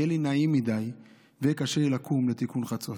יהיה לי נעים מדי ויהיה לי קשה לקום לתיקון חצות.